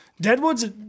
Deadwood's